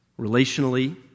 relationally